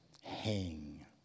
hang